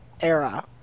era